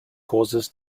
causes